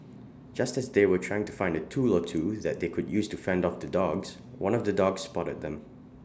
just as they were trying to find A tool or two that they could use to fend off the dogs one of the dogs spotted them